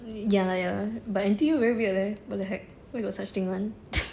ya lah ya lah but N_T_U very weird leh what the heck where got such thing [one]